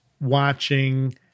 watching